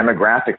demographic